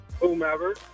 whomever